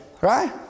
Right